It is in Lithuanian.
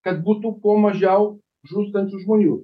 kad būtų kuo mažiau žūstančių žmonių